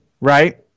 right